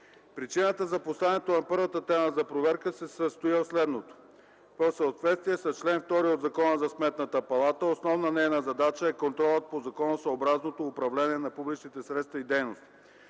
Причината за поставянето на първата тема за проверка се състои в следното: в съответствие с чл. 2 от Закона за Сметната палата основна нейна задача е контролът по законосъобразното управление на публичните средства и дейности.